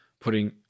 putting